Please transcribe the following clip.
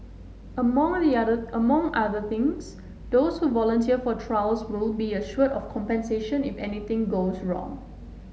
among other things those who volunteer for trials will be assured of compensation if anything goes wrong